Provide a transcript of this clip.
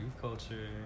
culture